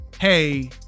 hey